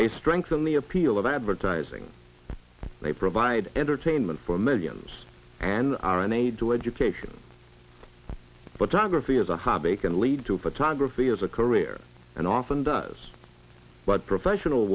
they strengthen the appeal of advertising they provide entertainment for millions and are an aid to education but the graphy as a hobby can lead to photography as a career and often does but professional